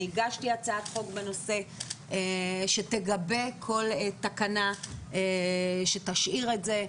אני הגשתי הצעת חוק בנושא שתגבה כל תקנה שתשאיר את זה,